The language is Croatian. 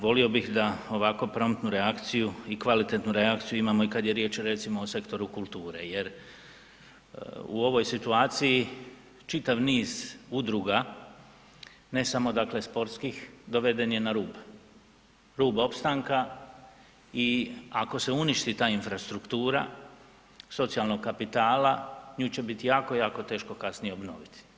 Volio bih da ovako promptnu reakciju i kvalitetnu reakciju imamo i kad je riječ recimo o sektoru kulture jer u ovoj situaciji čitav niz udruga ne samo dakle sportskih doveden je na rub, rub opstanka i ako se uništi ta infrastruktura socijalnog kapitala nju će biti jako, jako teško kasnije obnoviti.